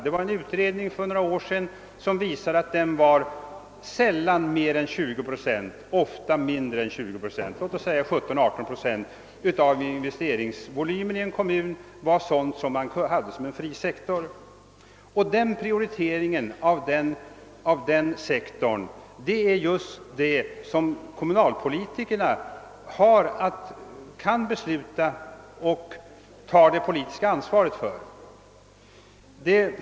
En utredning för några år sedan visade att den sällan var större än 20 procent, ofta mindre — låt oss säga att 17—18 procent av investeringsvolymen i en kommun utgör den fria sektorn. Prioriteringen inom den sektorn är just det som kommunalpolitikerna kan besluta om och ta det politiska ansvaret för.